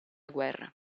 guerra